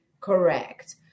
correct